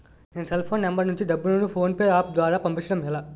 నేను cell phone number నుంచి డబ్బును ను ఫోన్పే అప్ ద్వారా పంపించడం ఎలా?